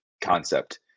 concept